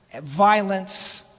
violence